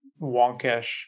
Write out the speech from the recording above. wonkish